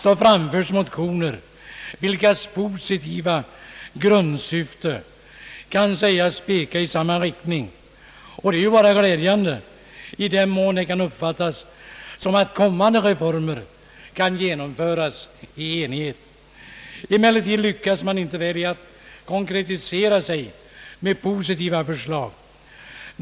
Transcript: Vidare framförs motioner vilkas positiva grundsyfte kan sägas peka i samma riktning. Detta är ju bara glädjande, i den mån det kan uppfattas som ett tecken på att kommande reformer kan genomföras i enighet. Emellertid lyckas man inte konkretisera sig i positiva förslag.